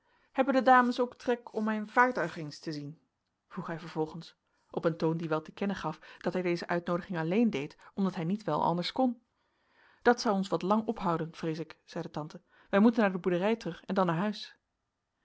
hebben de dames ook trek om mijn vaartuig eens te zien vroeg hij vervolgens op een toon die wel te kennen gaf dat hij deze uitnoodiging alleen deed omdat hij niet wel anders kon dat zal ons wat lang ophouden vrees ik zeide tante wij moeten naar de boerderij terug en dan naar huis